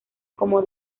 como